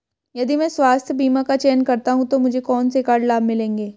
यदि मैं स्वास्थ्य बीमा का चयन करता हूँ तो मुझे कौन से कर लाभ मिलेंगे?